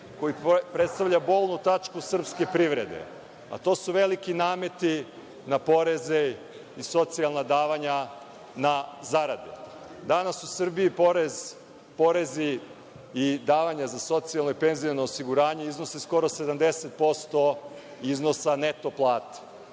koji predstavlja bolnu tačku srpske privrede. To su veliki nameti na poreze i socijalna davanja na zaradu. Danas u Srbiji, porezi i davanja za socijalno i penziono osiguranje iznose skoro 70% iznosa neto plata.